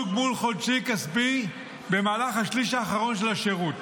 גמול חודשי כספי במהלך השליש האחרון של השירות.